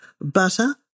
butter